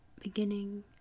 beginning